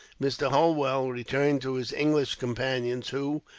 mr. holwell returned to his english companions, who,